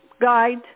guide